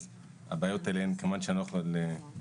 אז אני לא יכול להתייחס